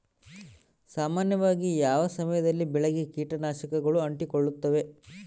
ಸಾಮಾನ್ಯವಾಗಿ ಯಾವ ಸಮಯದಲ್ಲಿ ಬೆಳೆಗೆ ಕೇಟನಾಶಕಗಳು ಅಂಟಿಕೊಳ್ಳುತ್ತವೆ?